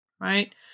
right